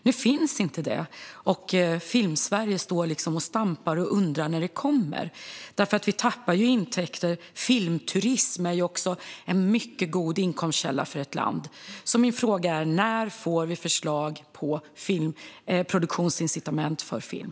Nu finns det inte med, och Filmsverige står liksom och stampar och undrar när det kommer. Vi tappar nämligen intäkter; filmturism är också en mycket god inkomstkälla för ett land. Min fråga är: När får vi förslag på produktionsincitament för film?